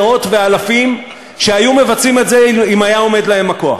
מאות ואלפים שהיו מבצעים את זה אם היה עומד להם הכוח,